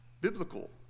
biblical